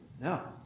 no